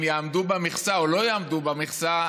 אם יעמדו במכסה או לא יעמדו במכסה,